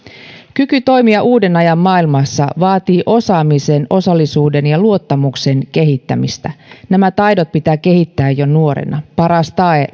kyky toimia uuden ajan maailmassa vaatii osaamisen osallisuuden ja luottamuksen kehittämistä nämä taidot pitää kehittää jo nuorena paras tae